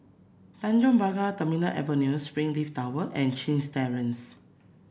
Tanjong Pagar Terminal Avenue Springleaf Tower and Chin Terrace